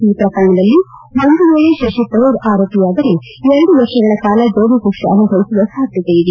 ಈ ಪ್ರಕರಣದಲ್ಲಿ ಒಂದು ವೇಳೆ ಶತಿ ತರೂರ್ ಆರೋಪಿಯಾದರೆ ಎರಡು ವರ್ಷಗಳ ಕಾಲ ಜೈಲು ಶಿಕ್ಷೆ ಅನುಭವಿಸುವ ಸಾಧ್ಯತೆ ಇದೆ